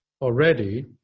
already